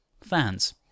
Fans